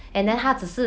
!wah!